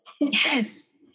Yes